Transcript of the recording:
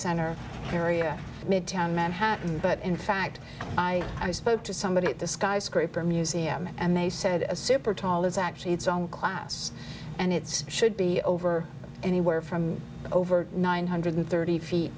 center area midtown manhattan but in fact i spoke to somebody at the skyscraper museum and they said a super tall is actually its own class and it's should be over anywhere from over nine hundred thirty feet